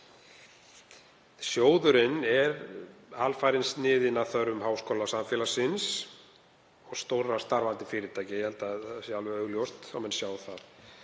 Sjóðurinn er alfarið sniðinn að þörfum háskólasamfélagsins, stórra starfandi fyrirtækja. Ég held að það sé alveg augljóst, menn sjá það.